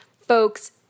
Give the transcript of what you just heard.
folks